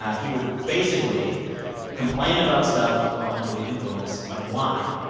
he would basically complain about stuff while under the influence of wine,